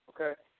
okay